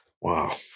Wow